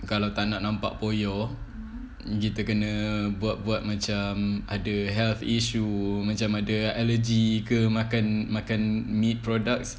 kalau tak nak nampak poyo kita kena buat buat ada macam health issue macam ada allergy ke makan makan meat products